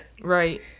Right